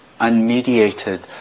unmediated